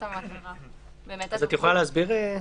את יכולה להסביר?